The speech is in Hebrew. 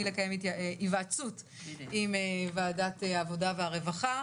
לקיים היוועצות עם ועדת העבודה והרווחה.